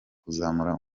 kuzamura